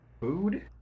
Food